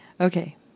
Okay